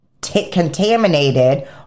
contaminated